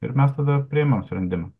ir mes tada priimam sprendimą